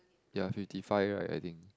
ya fifty five right I think